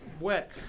wet